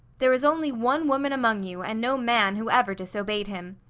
there is only one woman among you, and no man who ever disobeyed him.